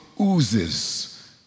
oozes